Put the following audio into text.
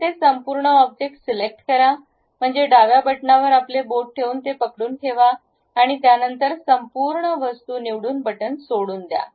प्रथम ते संपूर्ण ऑब्जेक्ट सिलेक्ट करा म्हणजे डाव्या बटणावर आपले बोट ठेवून ते पकडून ठेवा आणि त्यानंतर संपूर्ण वस्तू निवडून बटण सोडून द्या